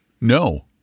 No